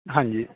ਹਾਂਜੀ